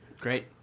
Great